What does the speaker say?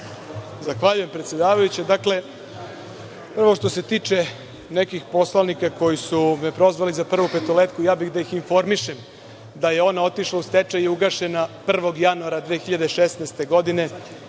Zahvaljujem, predsedavajuća. Ono što se tiče nekih poslanika koji su me prozvali za „Prvu petoletku“, ja bih da ih informišem da je ona otišla u stečaj i ugašena 1. januara 2016. godine.